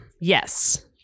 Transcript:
Yes